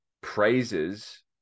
praises